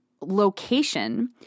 location